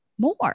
more